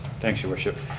thanks your worship.